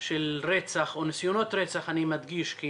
של רצח או ניסיונות רצח, אני מדגיש, כי